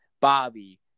Bobby